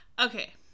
Okay